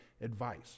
advice